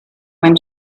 when